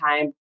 time